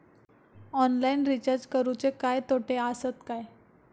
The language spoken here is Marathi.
ऑनलाइन रिचार्ज करुचे काय तोटे आसत काय?